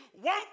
One